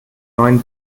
neuen